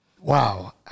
wow